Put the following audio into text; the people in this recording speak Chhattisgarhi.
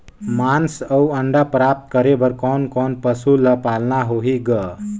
मांस अउ अंडा प्राप्त करे बर कोन कोन पशु ल पालना होही ग?